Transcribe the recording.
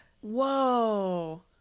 Whoa